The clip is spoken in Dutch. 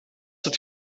het